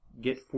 get